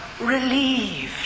relieved